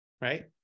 right